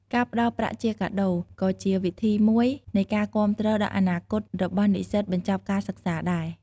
ការផ្តល់ប្រាក់ជាកាដូ ក៏ជាវិធីមួយនៃការគាំទ្រដល់អនាគតរបស់និស្សិតបញ្ចប់ការសិក្សាដែរ។